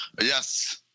Yes